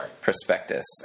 prospectus